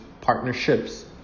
partnerships